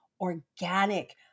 organic